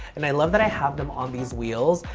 and i love that i have them on these wheels.